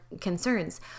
concerns